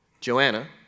Joanna